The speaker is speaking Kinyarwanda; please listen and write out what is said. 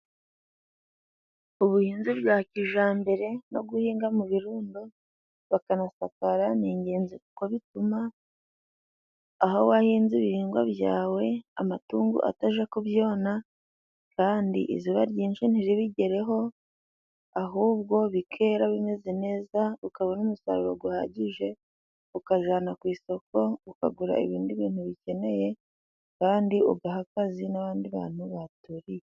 Ubuhinzi bwa kijyambere no guhinga mu birundo bakanasakara, ni ingenzi kuko bituma aho wahinze ibihingwa byawe amatungo atajya kubyona, kandi izuba ryinshi ntiribigereho, ahubwo bikera bimeze neza ukabona n'umusaruro uhagije ukajyana ku isoko ukagura ibindi bintu ukeneye, kandi ugaha akazi n'abandi bantu bahaturiye.